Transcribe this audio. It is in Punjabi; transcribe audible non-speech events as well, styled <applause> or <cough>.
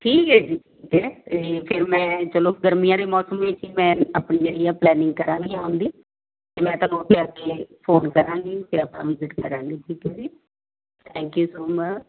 ਠੀਕ ਹੈ ਜੀ ਠੀਕ ਹੈ ਅਤੇ ਫਿਰ ਮੈਂ ਚਲੋ ਗਰਮੀਆਂ ਦੇ ਮੌਸਮ ਵਿੱਚ ਮੈਂ ਆਪਣੀ ਜਿਹੜੀ ਆ ਪਲੈਨਿੰਗ ਕਰਾਂਗੀ ਆਉਣ ਦੀ ਅਤੇ ਮੈਂ ਤਾਂ <unintelligible> ਫੋਨ ਕਰਾਂਗੀ ਅਤੇ ਆਪਾਂ ਵਿਜ਼ਿਟ ਕਰਾਂਗੇ ਠੀਕ ਹੈ ਜੀ ਥੈਂਕ ਯੂ ਸੋ ਮਚ